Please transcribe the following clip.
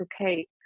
okay